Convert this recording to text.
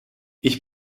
ich